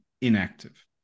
inactive